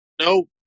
No